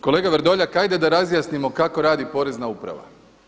Kolega Vrdoljak, ajde da razjasnimo kako radi Porezna uprava.